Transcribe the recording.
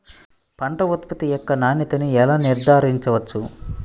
పంట ఉత్పత్తి యొక్క నాణ్యతను ఎలా నిర్ధారించవచ్చు?